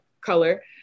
color